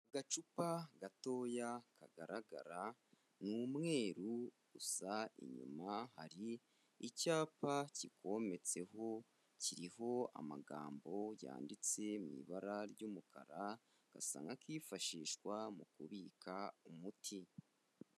Agacupa gatoya kagaragara ni umweru, gusa inyuma hari icyapa kikometseho kiriho amagambo yanditse mu ibara ry'umukara gasa nka kifashishwa mu kubika umuti.